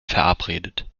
verabredet